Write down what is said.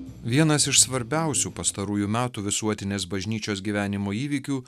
vienas iš svarbiausių pastarųjų metų visuotinės bažnyčios gyvenimo įvykių